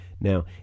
Now